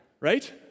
Right